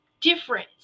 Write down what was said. different